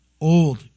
Old